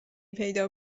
پیدا